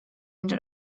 into